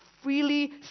freely